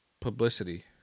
publicity